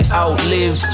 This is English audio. outlive